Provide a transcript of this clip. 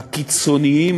הקיצוניים,